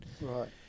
Right